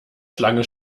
schlange